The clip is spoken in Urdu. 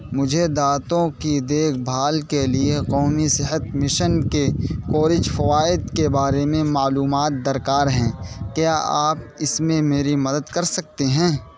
مجھے دانتوں کی دیکھ بھال کے لیے قومی صحت مشن کے کوریج فوائد کے بارے میں معلومات درکار ہیں کیا آپ اس میں میری مدد کر سکتے ہیں